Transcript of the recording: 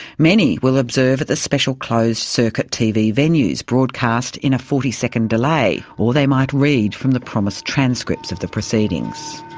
many will observe at the special closed circuit tv venues, broadcast in a forty second delay, or they might read from the promised transcripts of the proceedings.